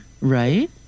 Right